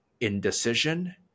indecision